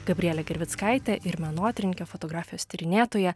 gabriele gervickaite ir menotyrininke fotografijos tyrinėtoja